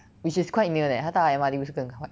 which is quite near leh 她搭 M_R_T 不是更快